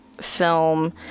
film